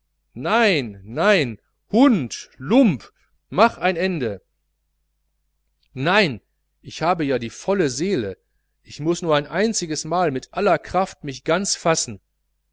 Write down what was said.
nein nein hund lump mach ein ende nein ich habe ja die volle seele ich muß nur ein einziges mal mit aller kraft mich ganz fassen